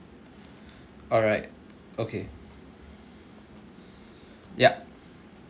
alright okay yup